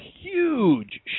huge